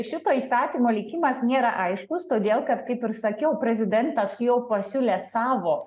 šito įstatymo likimas nėra aiškus todėl kad kaip ir sakiau prezidentas jau pasiūlė savo